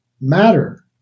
matter